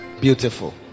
beautiful